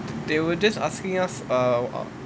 they were just asking us err